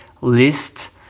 list